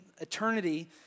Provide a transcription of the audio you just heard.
eternity